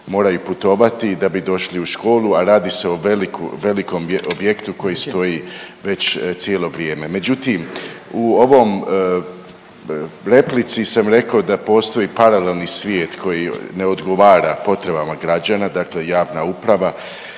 da bi došli u školu, a radi se o velikom objektu koji stoji već cijelo vrijeme. Međutim, u ovom replici sam rekao da postoji paralelni svijet koji ne odgovara potrebama građana, dakle javna uprava.